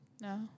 No